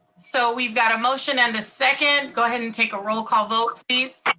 so we've got a motion and a second, go ahead and take a roll call vote please.